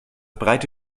breite